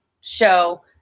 show